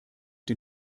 den